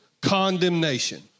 condemnation